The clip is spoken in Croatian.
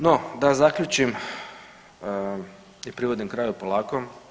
No da zaključim i privodim kraju polako.